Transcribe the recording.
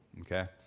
okay